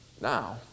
now